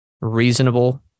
reasonable